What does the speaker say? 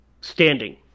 standing